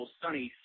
sunny